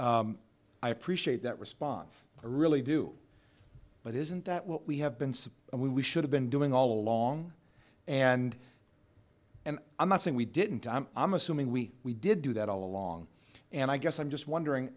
i appreciate that response i really do but isn't that what we have been suppose we should have been doing all along and and i'm not saying we didn't i'm assuming we we did do that all along and i guess i'm just wondering